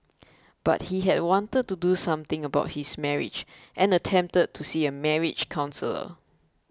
but he had wanted to do something about his marriage and attempted to see a marriage counsellor